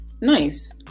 Nice